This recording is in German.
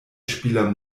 spieler